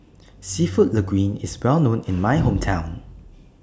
Seafood Linguine IS Well known in My Hometown